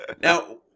Now